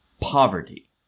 poverty